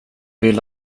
vill